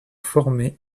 formé